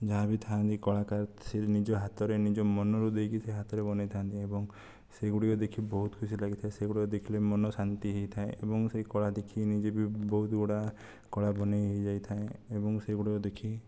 ଯାହାବି ଥାନ୍ତି କଳାକାର ସେ ନିଜ ହାତରେ ନିଜ ମନରୁ ଦେଇକି ସେ ହାଥରେ ବନେଇଥାନ୍ତି ଏବଂ ସେଗୁଡ଼ିକ ଦେଖି ବହୁତ ଖୁସି ଲାଗିଥାଏ ସେଗୁଡ଼ିକ ଦେଖିଲେ ମନ ଶାନ୍ତି ହେଇଥାଏ ଏବଂ ସେ କଳା ଦେଖି ନିଜେ ବି ବହୁତ ଗୁଡ଼ା କଳା ବନେଇ ହୋଇଯାଇଥାଏ ଏବଂ ସେଗୁଡ଼ାକ ଦେଖି